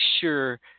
sure